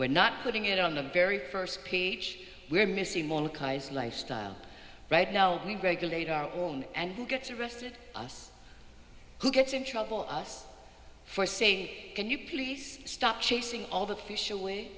we're not putting it on the very first page we're missing more lifestyle right now we regulate our own and who gets arrested us who gets in trouble us for saying can you please stop chasing all the fish away